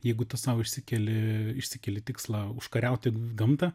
jeigu tu sau išsikeli išsikeli tikslą užkariauti gamtą